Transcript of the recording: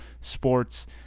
sports